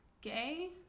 gay